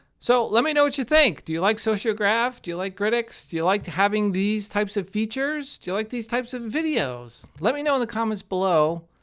so let me know what you think. do you like sociograph? do you like grydics? do you like having these types of features? do you like these types of videos? let me know in the comments below.